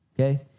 okay